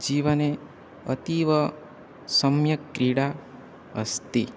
जीवने अतीव सम्यक् क्रीडा अस्ति